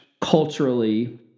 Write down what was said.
culturally